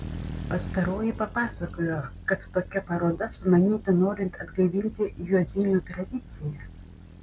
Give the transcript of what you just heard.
pastaroji papasakojo kad tokia paroda sumanyta norint atgaivinti juozinių tradiciją